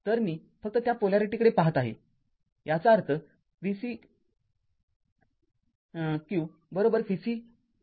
तरमी फक्त त्या पोलॅरिटीकडे पहात आहेयाचा अर्थ v cq vC२ vC१ आहे